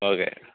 okay